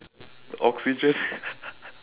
oxygen